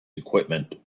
equipment